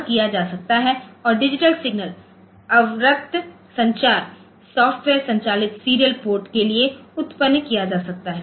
वह किया जा सकता है और डिजिटल सिग्नल अवरक्त संचार सॉफ्टवेयर संचालित सीरियल पोर्ट के लिए उत्पन्न किया जा सकता है